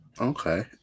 Okay